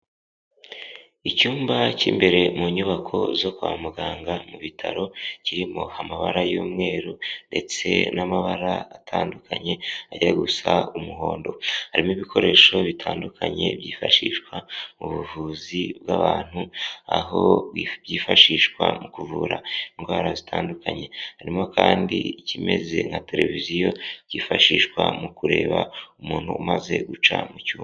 Icyumba k'imbere mu nyubako zo kwa muganga mu bitaro kirimo amabara y'umweru ndetse n'amabara atandukanye ajya gusa umuhondo, harimo ibikoresho bitandukanye byifashishwa mu buvuzi bw'abantu aho byifashishwa mu kuvura indwara zitandukanye, harimo kandi ikimeze nka televiziyo kifashishwa mu kureba umuntu umaze guca mu cyuma.